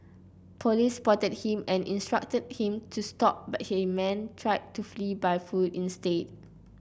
police spotted him and instructed him to stop but the man tried to flee by foot instead